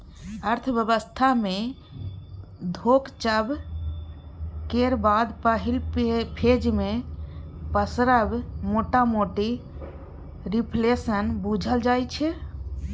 अर्थव्यवस्था मे घोकचब केर बाद पहिल फेज मे पसरब मोटामोटी रिफ्लेशन बुझल जाइ छै